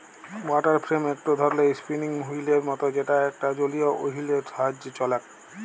water frame একটো ধরণের spinning ওহীলের মত যেটা একটা জলীয় ওহীল এর সাহায্যে চলেক